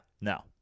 no